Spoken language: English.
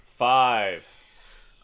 Five